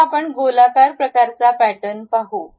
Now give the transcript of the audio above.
आता आपण गोलाकार प्रकाराचा पॅटर्न पाहू